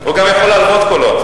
הוא יהיה בתאילנד,